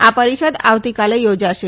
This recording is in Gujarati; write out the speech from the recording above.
આ પરિષદ આવતીકાલે યોજાશે